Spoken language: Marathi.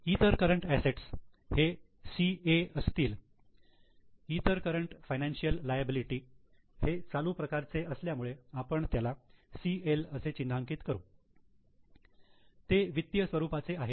इतर करंट असेट्स हे 'CA' असतील इतर करंट फायनान्शियल लायबिलिटी हे चालू प्रकारचे असल्यामुळे आपण त्याला 'CL' असे चिन्हांकित करू ते वित्तीय स्वरूपाचे आहेत